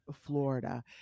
Florida